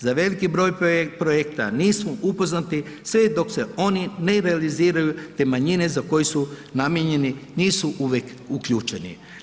Za veliki broj projekta nismo upoznati sve dok se oni ne realiziraju te manjine za koje su namijenjeni nisu uvijek uključeni.